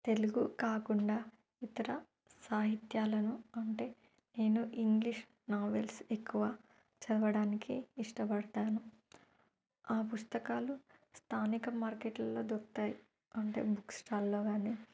తెలుగు కాకుండా ఇతర సాహిత్యాలను అంటే నేను ఇంగ్లీష్ నావెల్స్ ఎక్కువ చదవడానికి ఇష్టపడతాను ఆ పుస్తకాలు స్థానిక మార్కెట్లలో దొరుకుతాయి అంటే బుక్స్టాల్లో కానీ